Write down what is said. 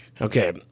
Okay